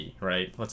right